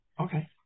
Okay